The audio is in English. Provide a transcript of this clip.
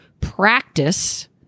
practice